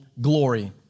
glory